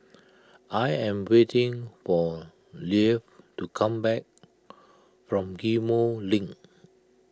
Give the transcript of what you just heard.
I am waiting for Leif to come back from Ghim Moh Link